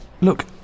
Look